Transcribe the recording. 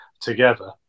together